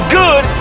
good